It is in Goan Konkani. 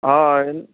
होय